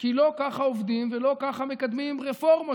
כי לא ככה עובדים ולא ככה מקדמים רפורמות